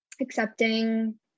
Accepting